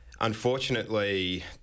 Unfortunately